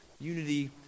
Unity